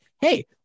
hey